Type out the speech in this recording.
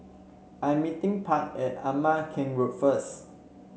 I'm meeting Park at Ama Keng Road first